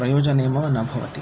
प्रयोजनमेव न भवति